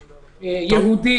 יהודי,